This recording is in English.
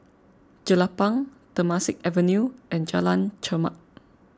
Jelapang Temasek Avenue and Jalan Chermat